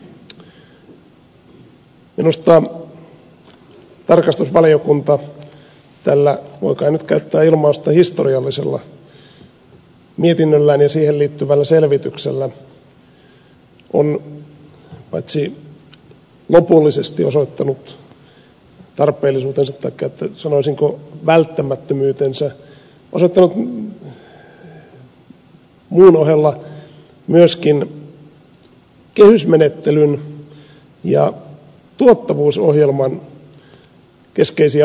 minusta tarkastusvaliokunta tällä voi kai nyt käyttää ilmausta historiallisella mietinnöllään ja siihen liittyvällä selvityksellä on paitsi lopullisesti osoittanut tarpeellisuutensa taikka sanoisinko välttämättömyytensä ja osoittanut muun ohella myöskin kehysmenettelyn ja tuottavuusohjelman keskeisiä ongelmia